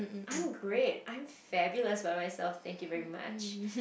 I'm great I'm fabulous by myself thank you very much